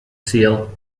seal